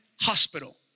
Hospital